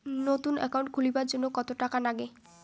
নতুন একাউন্ট খুলির জন্যে কত টাকা নাগে?